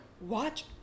watch